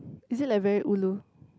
is it like very ulu